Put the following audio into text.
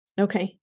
Okay